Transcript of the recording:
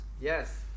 Yes